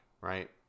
right